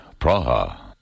Praha